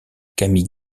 camille